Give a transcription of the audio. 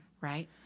Right